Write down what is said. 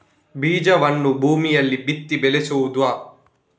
ಬೀಜವನ್ನು ಭೂಮಿಯಲ್ಲಿ ಬಿತ್ತಿ ಬೆಳೆಸುವುದಾ?